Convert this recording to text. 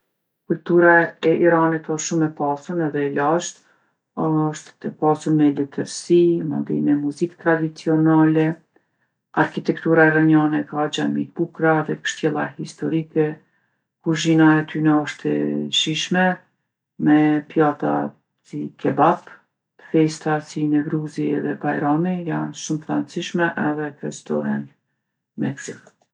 Kultura e Iranit osht shumë e pasun edhe e lashtë. Osht e pasun me letërsi, mandej me muzikë tradicionale. Arkitektura iraniane ka xhami t'bukra dhe kështjella historike. Kuzhina e tyne osht e shijshme, me pjatat si kebap. Festat si nevruzi edhe bajrami janë shumë t'randsihme edhe festohen me gzim.